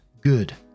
good